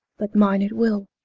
but mine it will,